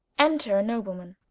enter a noble man